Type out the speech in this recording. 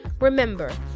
Remember